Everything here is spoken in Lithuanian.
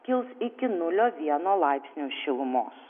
kils iki nulio vieno laipsnio šilumos